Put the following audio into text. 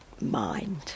mind